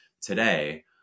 today